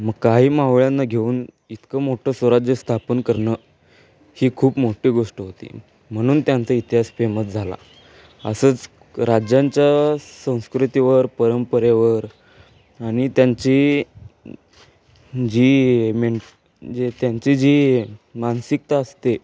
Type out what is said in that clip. मग काही मावळ्यांना घेऊन इतकं मोठं स्वराज्य स्थापन करणं ही खूप मोठी गोष्ट होती म्हणून त्यांचा इतिहास फेमत झाला असंच राज्यांच्या संस्कृतीवर परंपरेवर आणि त्यांची जी में जे त्यांची जी मानसिकता असते